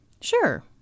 Sure